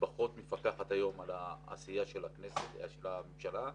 פחות מפקחת על העשייה של הממשלה היום,